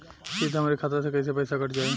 सीधे हमरे खाता से कैसे पईसा कट जाई?